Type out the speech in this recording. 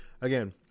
Again